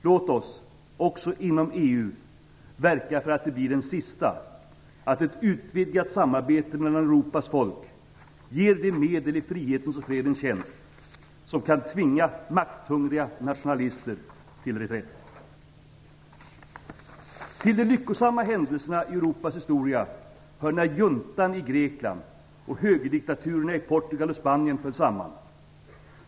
Låt oss också inom EU verka för att den blir den sista; att ett utvidgat samarbete mellan Europas folk ger de medel i frihetens och fredens tjänst som kan tvinga makthungriga nationalister till reträtt. Till de lyckosamma händelserna i Europas historia hör när juntan i Grekland och högerdiktaturerna i Portugal och Spanien föll samman.